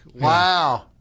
wow